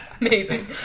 Amazing